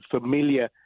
familiar